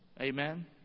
Amen